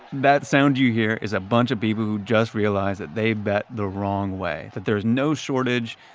that sound you hear is a bunch of people who just realized that they've bet the wrong way. that there is no shortage,